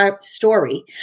story